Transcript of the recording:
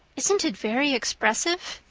isn't it very expressive?